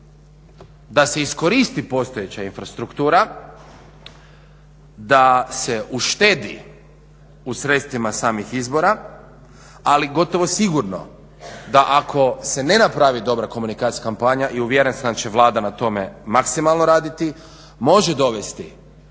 da se iskoristi postojeća infrastruktura, da se uštedi u sredstvima samih izbora, ali gotovo sigurno da ako se ne napravi dobra komunikacijska kampanja i uvjeren sam da će Vlada na tome maksimalno raditi može dovesti